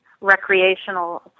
recreational